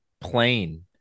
plain